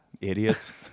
idiots